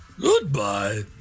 Goodbye